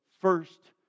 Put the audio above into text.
first